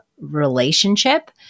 relationship